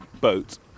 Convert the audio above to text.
boat